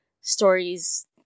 stories